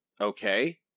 Okay